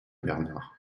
bernard